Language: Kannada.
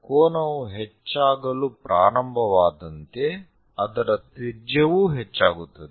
ಕೋನವು ಹೆಚ್ಚಾಗಲು ಪ್ರಾರಂಭವಾದಂತೆ ಅದರ ತ್ರಿಜ್ಯವೂ ಹೆಚ್ಚಾಗುತ್ತದೆ